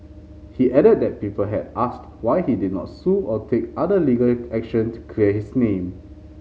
he added that people had asked why he did not sue or take other legal action to clear his name